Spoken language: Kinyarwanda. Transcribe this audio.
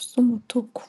usa umutuku.